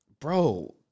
bro